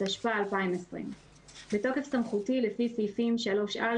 התשפ"א 2020 בתוקף סמכותי לפי סעיפים 3א,